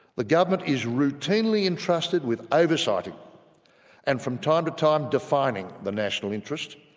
the government is routinely entrusted with oversighting and from time to time defining the national interest